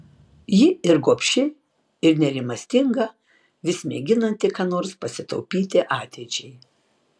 ji ir gobši ir nerimastinga vis mėginanti ką nors pasitaupyti ateičiai